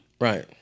Right